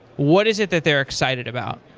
what is it that they're excited about?